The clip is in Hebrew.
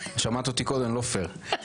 שמעת אותי קודם לא פייר.